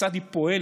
כיצד היא פועלת.